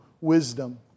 wisdom